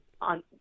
on